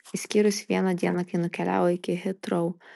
išskyrus vieną dieną kai nukeliavo iki hitrou